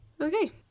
Okay